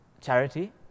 charity